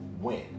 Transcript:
win